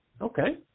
Okay